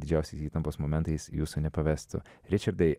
didžiausios įtampos momentais jūsų nepavestų ričardai